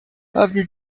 avenue